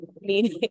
meaning